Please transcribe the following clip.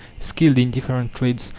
skilled in different trades,